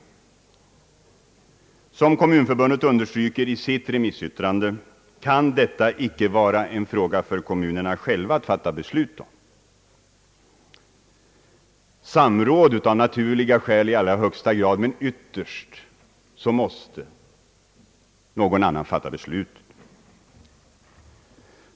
Som Svenska kommunförbundet understryker i sitt remissyttrande kan detta icke vara en fråga för kommunerna själva att fatta beslut om. Det skall naturligtvis vara samråd med kommunerna i största möjliga utsträckning.